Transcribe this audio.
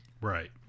Right